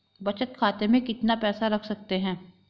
बचत खाते में कितना पैसा रख सकते हैं?